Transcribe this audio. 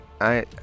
I-